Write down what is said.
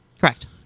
Correct